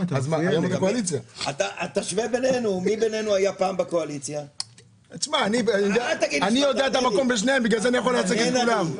העבודה בשניהם, בגלל זה אני יכול לייצג את כולם.